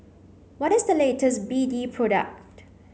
what is the latest B D product